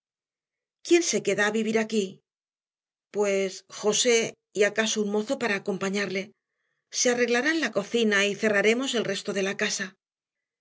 quién se queda a vivir aquí pues josé y acaso un mozo para acompañarle se arreglarán en la cocina y cerraremos el resto de la casa